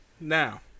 now